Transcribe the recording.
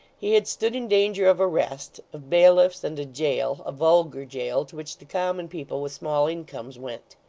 he had stood in danger of arrest of bailiffs, and a jail a vulgar jail, to which the common people with small incomes went.